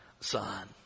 Son